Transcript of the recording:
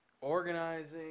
Organizing